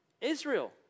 Israel